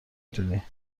دونی